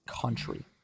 country